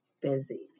busy